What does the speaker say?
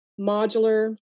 modular